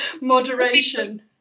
moderation